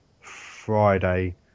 Friday